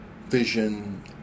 vision